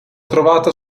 trovata